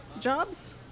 jobs